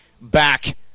back